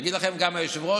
ויגיד לכם גם היושב-ראש